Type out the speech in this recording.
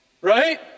right